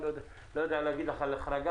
אני לא יודע לענות לך על תעדופים,